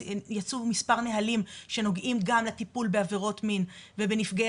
יצאו מספר נהלים שנוגעים גם לטיפול בעבירות מין ובנפגעי